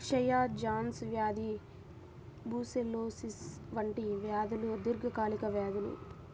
క్షయ, జాన్స్ వ్యాధి బ్రూసెల్లోసిస్ వంటి వ్యాధులు దీర్ఘకాలిక వ్యాధులు